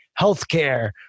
healthcare